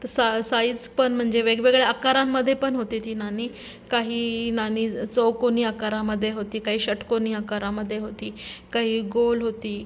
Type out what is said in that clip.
त् सा साईज पण म्हणजे वेगवेगळ्या आकारांमध्ये पण होती ती नाणी काही नाणी ज् चौकोनी आकारामध्ये होती काही षटकोनी आकारामध्ये होती काही गोल होती